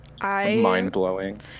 mind-blowing